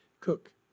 cook